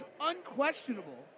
unquestionable